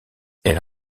elle